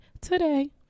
today